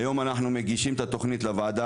היום אנחנו מגישים את התוכנית לוועדה